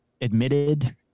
admitted